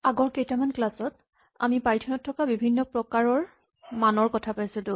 আগৰ কেইটামান ক্লাচ ত আমি পাইথন ত থকা বিভিন্ন প্ৰকাৰৰ মানৰ কথা পাইছিলো